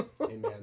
Amen